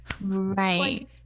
right